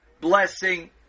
blessing